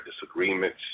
disagreements